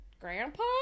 grandpa